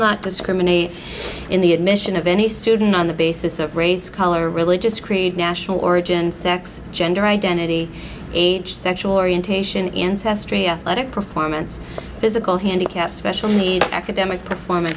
not discriminate in the admission of any student on the basis of race color religious creed national origin sex gender identity age sexual orientation incest three athletic performance physical handicap special needs academic perform